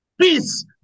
Peace